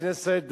הכנסת".